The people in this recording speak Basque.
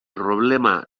problema